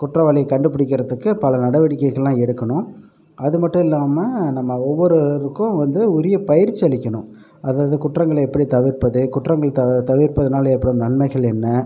குற்றவாளிக் கண்டுபிடிக்கறத்துக்கு பல நடவடிக்கைகள்லாம் எடுக்கணும் அது மட்டும் இல்லாமல் நம்ம ஒவ்வொருவருக்கும் வந்து உரிய பயிற்சி அளிக்கணும் அது அது குற்றங்களை எப்படி தவிர்ப்பது குற்றங்கள் த தவிர்ப்பதனால் ஏற்படும் நன்மைகள் என்ன